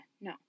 No